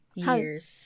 years